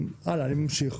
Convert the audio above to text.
הלאה, אני ממשיך.